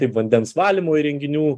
taip vandens valymo įrenginių